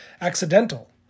accidental